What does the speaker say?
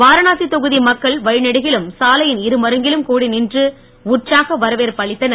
வாரணாசி தொகுதி மக்கள் வழி நெடுங்கிலும் சாலையின் இரு மருங்கிலும் கூடி நின்று உற்சாக வரவேற்பு அளித்தனர்